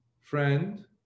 Friend